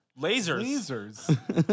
Lasers